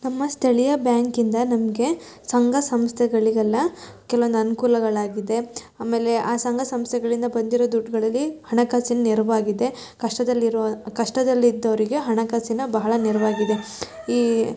ನಮ್ಮ ಸ್ಥಳೀಯ ಬ್ಯಾಂಕಿಂದ ನಮಗೆ ಸಂಘ ಸಂಸ್ಥೆಗಳಿಗೆಲ್ಲ ಕೆಲವೊಂದು ಅನುಕೂಲಗಳಾಗಿದೆ ಆಮೇಲೆ ಆ ಸಂಘ ಸಂಸ್ಥೆಗಳಿಂದ ಬಂದಿರೋ ದುಡ್ಡುಗಳಲ್ಲಿ ಹಣಕಾಸಿನ ನೆರವಾಗಿದೆ ಕಷ್ಟದಲ್ಲಿರುವ ಕಷ್ಟದಲ್ಲಿದ್ದವರಿಗೆ ಹಣಕಾಸಿನ ಬಹಳ ನೆರವಾಗಿದೆ ಈ